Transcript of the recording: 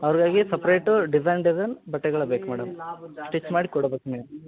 ಅವ್ರಿಗಾಗಿ separate design design ಬಟ್ಟೆಗಳು ಬೇಕು madam stitch ಮಾಡಿ ಕೊಡ್ಬೇಕು ನೀವು